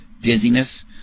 dizziness